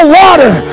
water